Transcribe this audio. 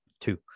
Two